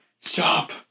stop